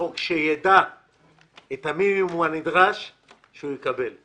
יידע את המינימום הנדרש שהוא יקבל.